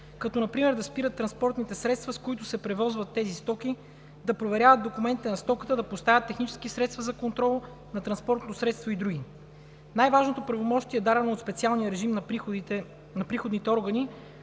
като например да спират транспортните средства, с които се превозват тези стоки, да проверяват документите на стоката, да поставят технически средства за контрол на транспортното средство и други. Най-важното правомощие, дадено от специалния режим на приходните органи,